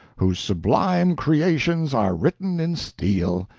whose sublime creations are written in steel,